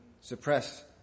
suppress